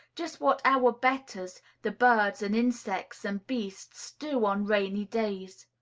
just what our betters the birds and insects and beasts do on rainy days.